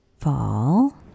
Fall